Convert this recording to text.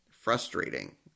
frustrating